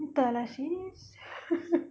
entah lah sis